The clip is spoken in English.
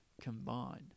Combined